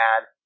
add